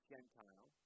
Gentile